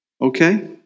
Okay